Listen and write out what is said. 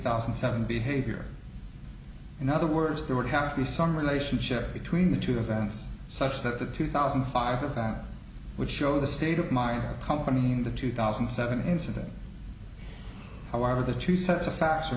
thousand and seven behavior in other words there would have to be some relationship between the two events such that the two thousand and five of them would show the state of my company in the two thousand and seven incident however the two sets of facts